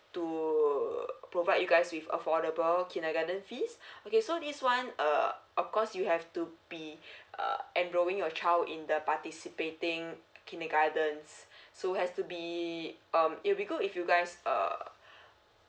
to provide you guys with affordable kindergarten fees okay so this one uh of course you have to be uh enrolling your child in the participating kindergartens so has to be um it'll be good if you guys err